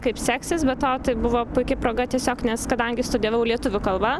kaip seksis be to tai buvo puiki proga tiesiog nes kadangi studijavau lietuvių kalba